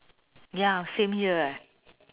ya same here eh